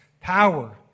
power